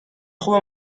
خوبه